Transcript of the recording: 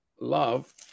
Love